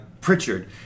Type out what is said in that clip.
Pritchard